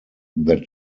that